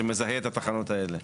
שמזהה את התחנות האלה.